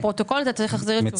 לפרוטוקול, אתה צריך להחזיר לי תשובה.